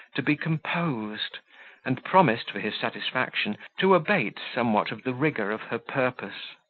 to be composed and promised, for his satisfaction, to abate somewhat of the rigour of her purpose.